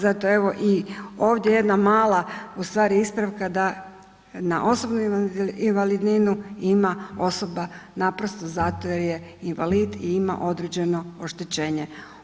Zato evo i ovdje jedna mala u stvari ispravka da na osobnu invalidninu ima osoba naprosto zato jer je invalid i ima određene oštećenje.